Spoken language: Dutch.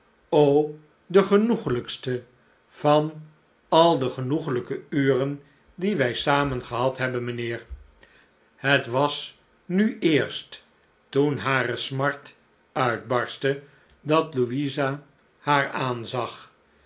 de genoeglijkste van al de genoeglijke uren die wij samen gehad hebben mijnheer het was nu eerst toen hare smart uitbarstte dat louisa haar aanzag